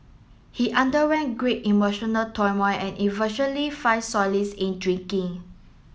he underwent great emotional turmoil and eventually find solace in drinking